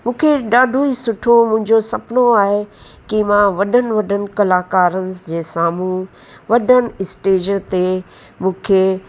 मूंखे ॾाढो ई सुठो मुंहिंजो सुपिनो आहे कि मां वॾनि वॾनि कलाकारनि जे साम्हू वॾनि स्टेज ते मूंखे